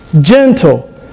gentle